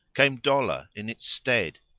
came dolour in its stead.